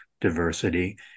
diversity